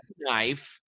knife